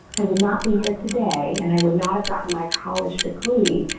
i would not be here today and i would not have gotten my college degree,